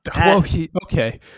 Okay